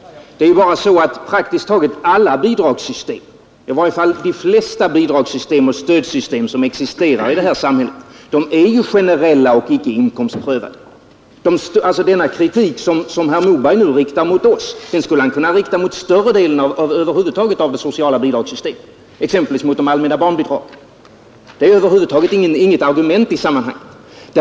Det är bara så att praktiskt taget alla bidragssystem — i varje fall de flesta bidragssystem och stödsystem som existerar i det här samhället — är generella och icke inkomstprövade. Den kritik som herr Moberg nu riktar mot oss skulle han alltså lika väl kunna rikta mot större delen av de sociala bidragssystemen, exempelvis mot de allmänna barnbidragen. Den kritiken är över huvud taget inget argument i sammanhanget.